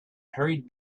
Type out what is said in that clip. hurried